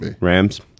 Rams